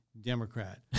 Democrat